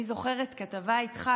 אני זוכרת כתבה איתך,